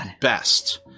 Best